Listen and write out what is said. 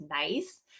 nice